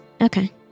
Okay